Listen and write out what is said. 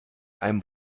einem